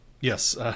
Yes